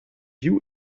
you